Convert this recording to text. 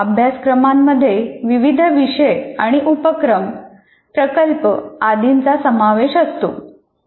अभ्यासक्रमांमध्ये विविध विषय आणि उपक्रम प्रकल्प आदींचा समावेश असतो